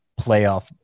playoff